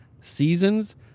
seasons